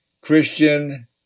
Christian